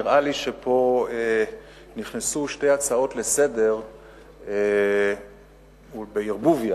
נראה לי שפה נכנסו שתי הצעות לסדר-היום בערבוביה,